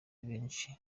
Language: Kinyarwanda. benshi